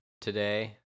today